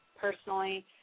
personally